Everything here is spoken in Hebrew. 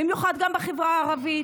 במיוחד גם בחברה הערבית,